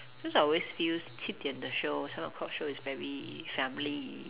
just I always feels 七点的 show seven o-clock show is very family